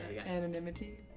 Anonymity